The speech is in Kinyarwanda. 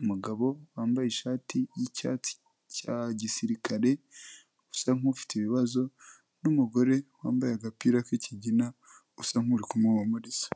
umugabo wambaye ishati y'icyatsi cya gisirikare, usa nk'ufite ibibazo n'umugore wambaye agapira k'ikigina usa nk'uri kumuhumuriza.